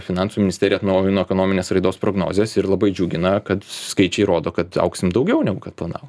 finansų ministerija atnaujino ekonominės raidos prognozes ir labai džiugina kad skaičiai rodo kad augsim daugiau negu kad planavom